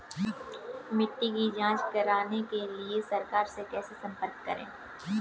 मिट्टी की जांच कराने के लिए सरकार से कैसे संपर्क करें?